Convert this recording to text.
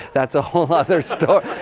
that's a whole other story.